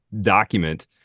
document